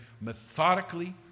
methodically